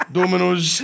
Dominoes